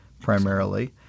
primarily